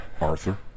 Arthur